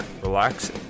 relax